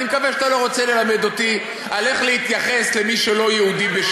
אני מקווה שאתה לא רוצה ללמד אותי איך להתייחס בשוויון למי שלא יהודי.